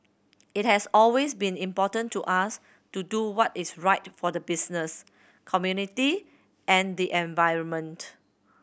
it has always been important to us to do what is right for the business community and the environment